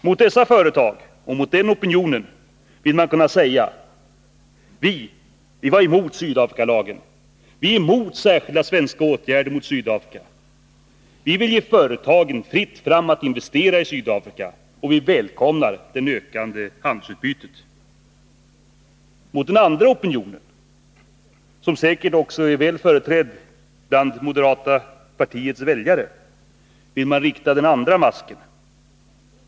Mot dessa företag och mot den opinionen vill man kunna säga: Vi är emot Sydafrikalagen. Vi är emot särskilda svenska åtgärder mot Sydafrika. Vi vill ge företagen fritt fram att investera i Sydafrika, och vi välkomnar det ökade handelsutbytet. Mot den andra opinionen, som säkert också är väl företrädd bland moderata samlingspartiets väljare, vill man rikta den andra masken.